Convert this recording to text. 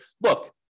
look